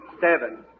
seven